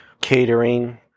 Catering